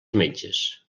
metges